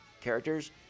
characters